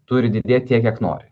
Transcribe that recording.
turi didėti tiek kiek nori